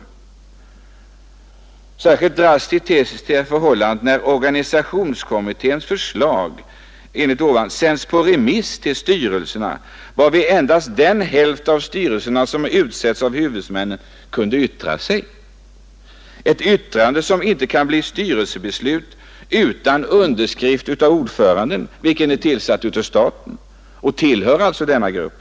Särskilt drastiskt tedde sig förhållandet när organisationskommitténs förslag, som jag här talat om, sändes på remiss till styrelserna, varvid endast den hälft av styrelserna som utsetts av huvudmännen kunde yttra sig — ett yttrande som inte kan bli styrelsebeslut utan underskrift av ordföranden, vilken är tillsatt av staten och alltså tillhör denna grupp.